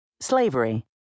Slavery